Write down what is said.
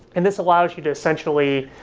and this allows you to, essentially,